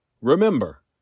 Remember